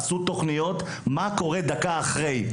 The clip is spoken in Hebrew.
עשו תוכניות מה קורה דקה אחרי.